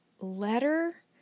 letter